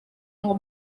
ngo